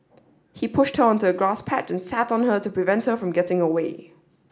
he pushed onto a grass patch and sat on her to prevent her from getting away